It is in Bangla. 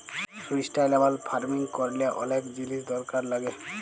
সুস্টাইলাবল ফার্মিং ক্যরলে অলেক জিলিস দরকার লাগ্যে